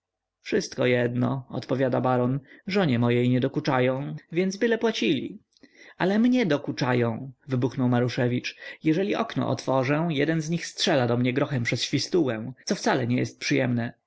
wszystko jedno odpowiada baron żonie mojej nie dokuczają więc byle płacili ale mnie dokuczają wybuchnął maruszewicz jeżeli okno otworzę jeden z nich strzela do mnie grochem przez świstułę co wcale nie jest przyjemne